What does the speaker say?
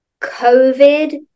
COVID